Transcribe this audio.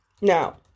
Now